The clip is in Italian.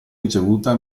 ricevuta